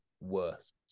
worse